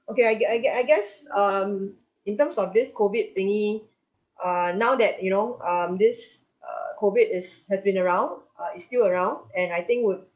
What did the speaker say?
okay I get I get I guess um in terms of this COVID thingy err now that you know um this err COVID is has been around uh it's still around and I think would